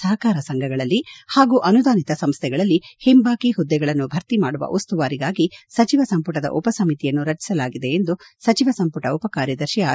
ಸಹಕಾರ ಸಂಘಗಳಲ್ಲಿ ಹಾಗೂ ಅನುದಾನಿತ ಸಂಸ್ಥೆಗಳಲ್ಲಿ ಹಿಂಬಾಕಿ ಹುದ್ದೆಗಳನ್ನು ಭರ್ತಿ ಮಾಡುವ ಉಸ್ತುವಾರಿಗಾಗಿ ಸಚಿವ ಸಂಮಟದ ಉಪ ಸಮಿತಿಯನ್ನು ರಟಿಸಲಾಗಿದೆ ಎಂದು ಸಚಿವ ಸಂಪುಟ ಉಪಕಾರ್ಯದರ್ಶಿ ಆರ್